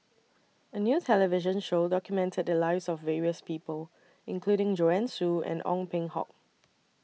A New television Show documented The Lives of various People including Joanne Soo and Ong Peng Hock